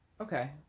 okay